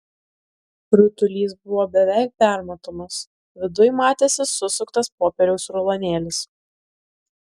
rutulys buvo beveik permatomas viduj matėsi susuktas popieriaus rulonėlis